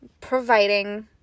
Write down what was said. providing